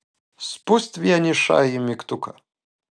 spust vienišąjį mygtuką